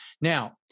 Now